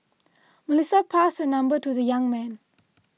Melissa passed her number to the young man